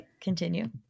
continue